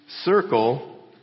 circle